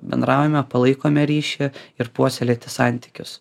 bendraujame palaikome ryšį ir puoselėti santykius